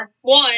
one